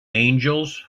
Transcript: angels